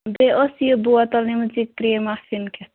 بیٚیہِ ٲسۍ یہِ بوتَل نِمٕژ یہِ کریٖماس کِنہٕ کیتھام